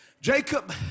Jacob